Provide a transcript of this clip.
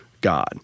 God